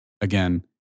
again